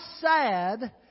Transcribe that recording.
sad